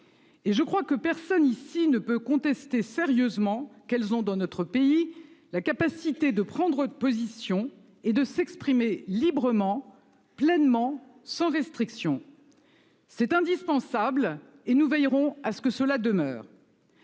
et je crois que personne ici ne peut contester sérieusement qu'elles ont, dans notre pays, la capacité de prendre position et de s'exprimer librement, pleinement et sans restriction. C'est indispensable, et nous veillerons à ce que cela demeure.